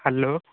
hello